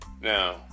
Now